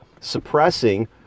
suppressing